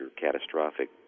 catastrophic